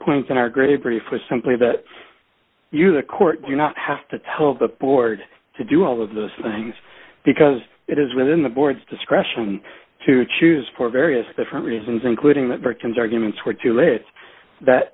points in our grey brief are simply that you the court do not have to tell the board to do all of those things because it is within the board's discretion to choose for various different reasons including the victim's arguments where to lay it that